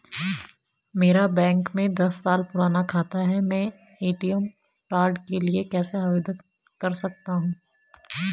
मेरा बैंक में दस साल पुराना खाता है मैं ए.टी.एम कार्ड के लिए कैसे आवेदन कर सकता हूँ?